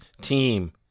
team